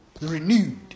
renewed